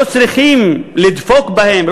שלא צריכים לדפוק בהם,